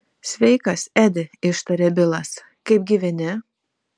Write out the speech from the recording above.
sveikas edi ištarė bilas kaip gyveni